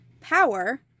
power